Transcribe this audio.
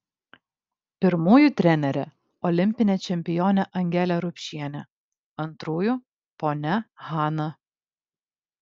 pirmųjų trenerė olimpinė čempionė angelė rupšienė antrųjų ponia hana